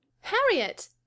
Harriet